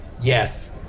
Yes